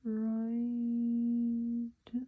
right